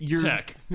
Tech